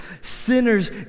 Sinners